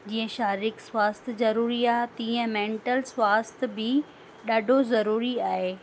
जीअं शारीरिक स्वास्थ्य ज़रूरी आहे तीअं मेंटल स्वास्थ्य बि ॾाढो ज़रूरी आहे